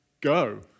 Go